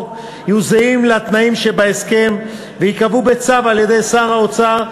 יהיו זהים לתנאים שבהסכם וייקבעו בצו על-ידי שר האוצר,